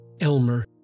Elmer